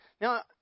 Now